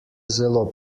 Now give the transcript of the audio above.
zelo